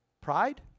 Pride